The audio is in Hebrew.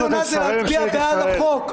קריאה ראשונה זה להצביע בעד החוק.